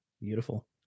Beautiful